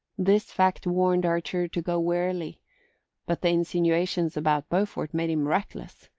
this fact warned archer to go warily but the insinuations about beaufort made him reckless.